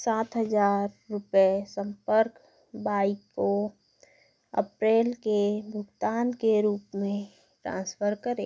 सात हज़ार रुपये संपर्क बाई को अप्रैल के भुगतान के रूप में ट्रांसफ़र करें